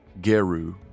Geru